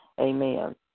Amen